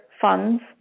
funds